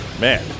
Man